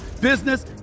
business